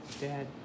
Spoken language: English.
Dad